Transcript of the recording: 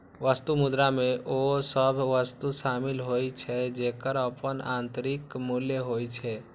वस्तु मुद्रा मे ओ सभ वस्तु शामिल होइ छै, जेकर अपन आंतरिक मूल्य होइ छै